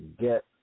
get